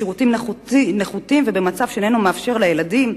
בשירותים נחותים ובמצב שאיננו מאפשר לילדים,